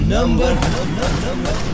Number